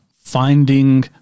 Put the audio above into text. finding